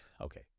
okay